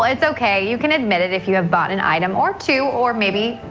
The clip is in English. ah it's ok, you can admit it if you've bought an item or two or maybe.